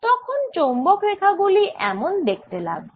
তখন চৌম্বক রেখা গুলি এমন দেখতে লাগবে